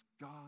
God